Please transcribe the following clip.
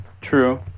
True